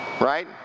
right